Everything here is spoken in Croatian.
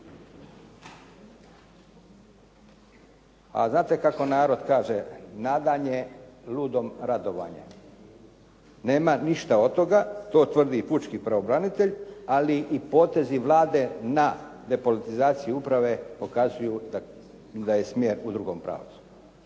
A znate kako narod kaže? Nadanje, ludom radovanje. Nema ništa od toga, to tvrdi i pučki pravobranitelj, ali i potezi Vlade na depolitizaciji uprave pokazuju da je smjer u drugom pravcu.